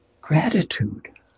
gratitude